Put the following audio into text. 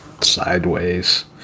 sideways